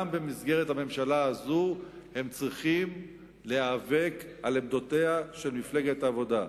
גם במסגרת הממשלה הזאת הם צריכים להיאבק על עמדותיה של מפלגת העבודה,